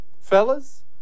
Fellas